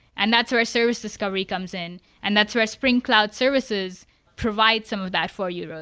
and that's where our service discovery comes in and that's where spring cloud services provide some of that for you.